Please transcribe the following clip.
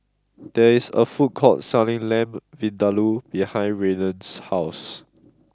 there is a food court selling Lamb Vindaloo behind Raiden's house